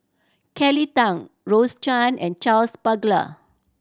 Kelly Tang Rose Chan and Charles Paglar